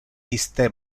iste